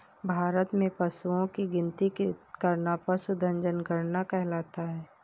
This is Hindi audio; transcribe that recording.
भारत में पशुओं की गिनती करना पशुधन जनगणना कहलाता है